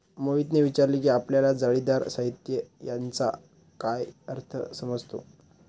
मोहितने विचारले की आपल्याला जाळीदार साहित्य याचा काय अर्थ समजतो?